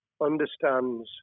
understands